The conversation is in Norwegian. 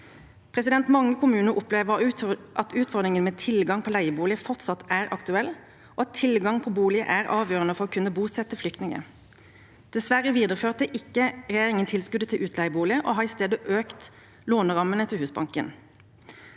Mange kommuner opplever at utfordringen med tilgang på leieboliger fortsatt er aktuell, og at tilgang på bolig er avgjørende for å kunne bosette flyktninger. Dessverre videreførte ikke regjeringen tilskuddet til utleieboliger og har i stedet økt lånerammene til Husbanken.